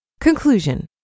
Conclusion